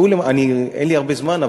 אין לי הרבה זמן,